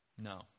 No